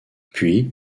puis